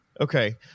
okay